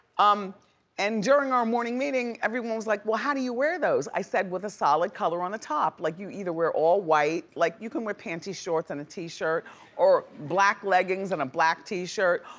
um and during our morning meeting everyone was like, well how do you wear those? i said with a solid color on the top. like, you either wear all white, like you can wear panty shorts and a tee shirt or black leggings and a black tee shirt,